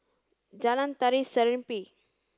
Jalan Tari Serimpi